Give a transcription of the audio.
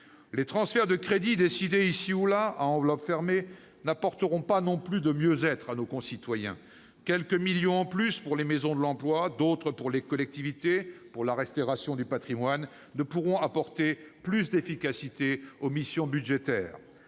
Les transferts de crédits décidés ici ou là, à enveloppes fermées, n'apporteront pas non plus de mieux-être à nos concitoyens. Quelques millions en plus pour les maisons de l'emploi ou ceux accordés aux collectivités pour la restauration du patrimoine ne pourront apporter plus d'efficacité aux missions budgétaires.